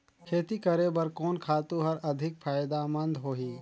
खेती करे बर कोन खातु हर अधिक फायदामंद होही?